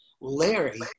Larry